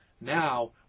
Now